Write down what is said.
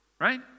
right